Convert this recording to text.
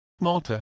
Malta